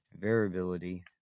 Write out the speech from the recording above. Variability